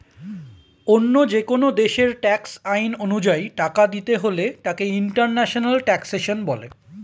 অন্য যেকোন দেশের ট্যাক্স আইন অনুযায়ী টাকা দিতে হলে তাকে ইন্টারন্যাশনাল ট্যাক্সেশন বলে